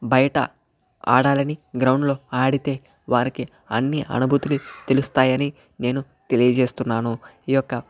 బయట ఆడాలని గ్రౌండ్లో ఆడితే వారికి అన్ని అనుభూతిలు తెలుస్తాయని నేను తెలియజేస్తున్నాను ఈ యొక్క